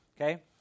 Okay